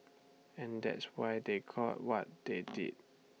and that's why they got what they did